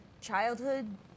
childhood